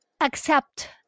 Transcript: accept